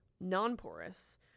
non-porous